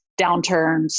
downturns